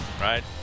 right